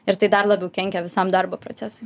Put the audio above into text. ir tai dar labiau kenkia visam darbo procesui